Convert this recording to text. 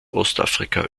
ostafrika